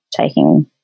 taking